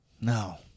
No